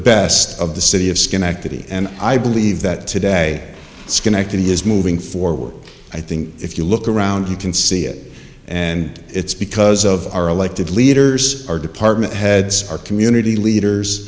best of the city of schenectady and i believe that today schenectady is moving forward i think if you look around you can see it and it's because of our elected leaders our department heads our community leaders